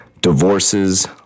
divorces